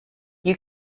you